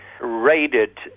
raided